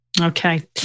Okay